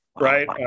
right